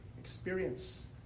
experience